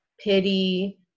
pity